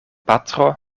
patro